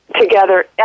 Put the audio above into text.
together